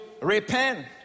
repent